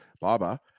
Baba